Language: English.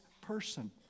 person